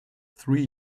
three